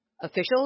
Officials